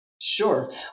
Sure